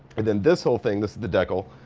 and then this whole thing, this is the deckle.